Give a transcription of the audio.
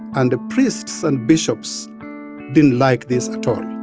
and priests and bishops didn't like this but